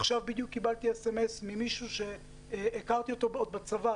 עכשיו קיבלתי סמ"ס ממישהו שהכרתי אותו עוד בצבא,